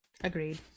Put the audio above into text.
Agreed